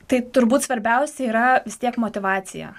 tai turbūt svarbiausia yra tiek motyvacija